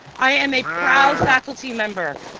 i'm a proud faculty member,